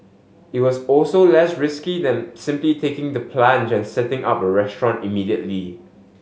it was also less risky than simply taking the plunge and setting up a restaurant immediately